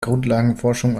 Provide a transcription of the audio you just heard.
grundlagenforschung